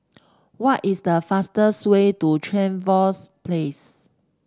what is the fastest way to Trevose Place